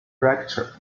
fracture